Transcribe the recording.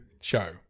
Show